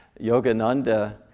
Yogananda